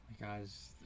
guys